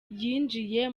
yinjiye